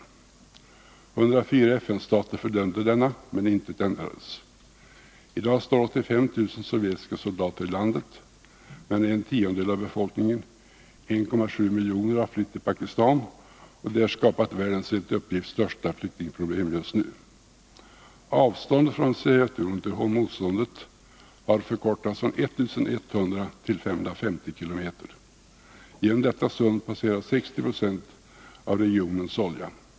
104 FN-stater fördömde denna, men intet ändrades. I dag står 85 000 sovjetiska soldater i landet, medan en tiondel av befolkningen, 1,7 miljoner, har flytt till Pakistan och där skapat världens enligt uppgift största flyktingproblem just nu. Avståndet från Sovjetunionen till Hormuzsundet har förkortats från 1 100 till 550 km. Genom detta sund passerar 60 90 av regionens olja.